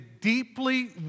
deeply